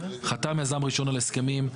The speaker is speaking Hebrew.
חתם יזם ראשון על ההסכמים,